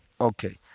okay